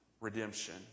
redemption